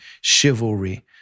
chivalry